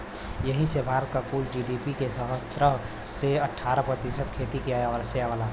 यही से भारत क कुल जी.डी.पी के सत्रह से अठारह प्रतिशत खेतिए से आवला